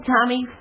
Tommy